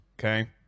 Okay